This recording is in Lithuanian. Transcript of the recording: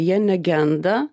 jie negenda